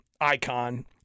icon